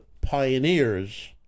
Pioneers